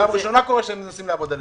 זאת פעם ראשונה שהם מנסים לעבוד עלינו.